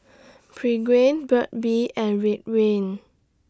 Burt's Bee and Ridwind